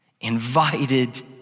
invited